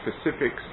specifics